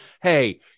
Hey